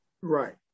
right